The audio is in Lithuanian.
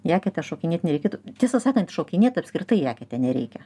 į eketę šokinėt nereikėtų tiesą sakant šokinėt apskritai į eketę nereikia